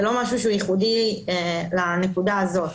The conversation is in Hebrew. זה לא משהו ייחודי לנקודה הזאת.